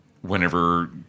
whenever